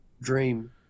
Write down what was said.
Dream